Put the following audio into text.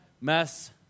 mess